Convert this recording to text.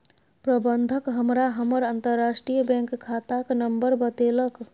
प्रबंधक हमरा हमर अंतरराष्ट्रीय बैंक खाताक नंबर बतेलक